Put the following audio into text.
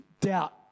doubt